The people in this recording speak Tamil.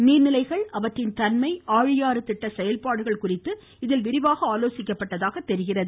நீர்நிலைகள் அவற்றின் தன்மை ஆழியாறு திட்ட செயல்பாடுகள் குறித்து இதில் விரிவாக ஆலோசிக்கப்பட்டதாக தெரிகிறது